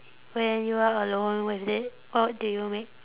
when you are alone with it what do you make